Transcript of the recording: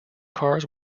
cars